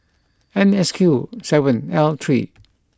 N S Q seven L three